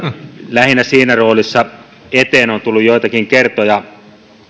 lähinnä siinä roolissa eteen on tullut joitakin kertoja